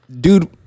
dude